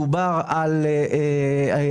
מדובר על השקעות,